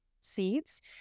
seeds